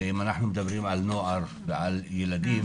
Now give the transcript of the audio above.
אם אנחנו מדברים על נוער ועל ילדים,